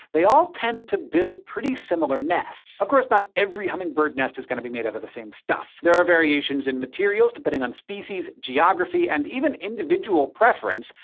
they all tend to build pretty similar nests. of course, not every hummingbird nest is gonna be made out of the same stuff. there are variations in materials depending on species, geography, and even individual preference,